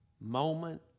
moment